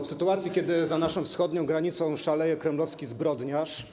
W sytuacji, kiedy za naszą wschodnią granicą szaleje kremlowski zbrodniarz.